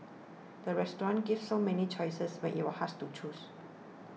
the restaurant gave so many choices when you are hard to choose